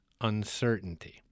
uncertainty